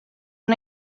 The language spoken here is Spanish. una